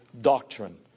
doctrine